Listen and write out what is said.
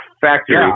factory